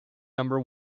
number